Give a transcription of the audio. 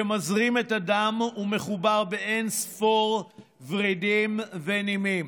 שמזרים את הדם ומחובר באין-ספור ורידים ונימים